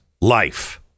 life